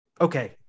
okay